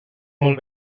molt